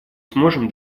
сможем